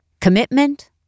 commitment